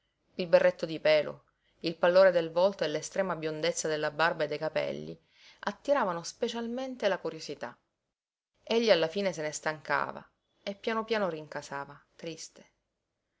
il berretto di pelo il pallore del volto e l'estrema biondezza della barba e dei capelli attiravano specialmente la curiosità egli alla fine se ne stancava e piano piano rincasava triste